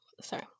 Sorry